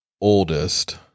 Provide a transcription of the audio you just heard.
oldest